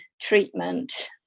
treatment